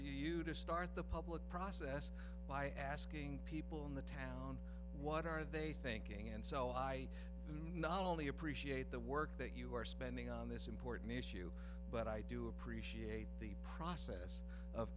you to start the public process by asking people in the town what are they thinking and so i do not only appreciate the work that you are spending on this important issue but i do appreciate the process of